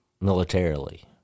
militarily